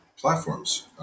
platforms